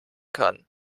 kann